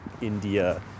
India